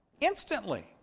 instantly